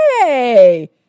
Hey